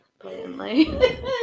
blatantly